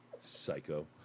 Psycho